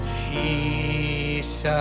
peace